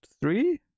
three